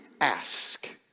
ask